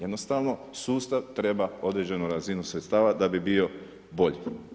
Jednostavno, sustav treba određenu razinu sredstava da bi bio bolji.